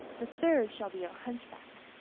the third shall be a hunchback,